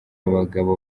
abagabo